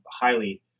highly